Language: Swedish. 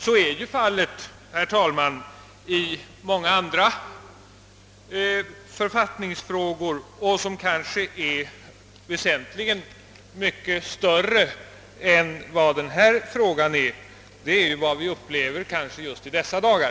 Så är fallet, herr talman, i många andra författningsfrågor, vilka kanske är mycket större än denna. Detta är något som vi upplever just i dessa dagar.